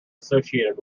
associated